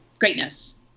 Greatness